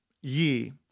ye